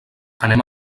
anem